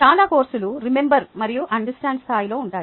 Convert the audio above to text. చాలా కోర్సులు రిమెంబర్ మరియు అండర్స్టాండ్ స్థాయిలో ఉంటాయి